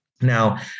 Now